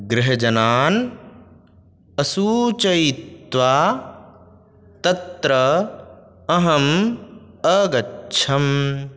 गृहजनान् असूचयित्वा तत्र अहम् अगच्छम्